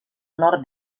nord